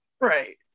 Right